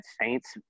Saints